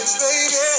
baby